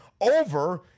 over